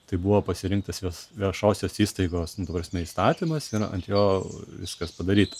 tai buvo pasirinktas vieš viešosios įstaigos ta prasme įstatymas ir ant jo viskas padaryta